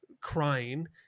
crying